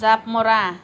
জাপ মৰা